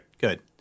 Good